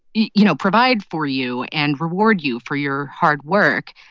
you you know, provide for you and reward you for your hard work.